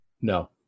No